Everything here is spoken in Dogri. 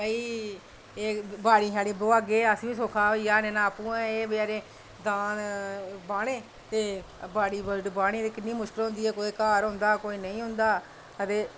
भाई बाड़ी बुहागे अस बी सौखा होई जाह्ग नेईं तां एह् बेचारे दांद बाह्ने ते बाड़ी बाह्नी ते किन्नी मुश्कल होनी ते कोई घर होंदा ते कोई नेईं होंदा ते